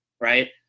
right